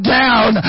down